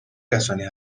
کسانی